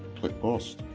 click post